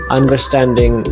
Understanding